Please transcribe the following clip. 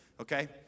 okay